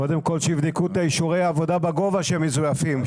קודם כול שייבדקו את אישורי העבודה בגובה המזויפים,